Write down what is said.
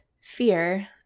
fear